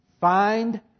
Find